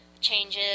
changes